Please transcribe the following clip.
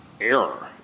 error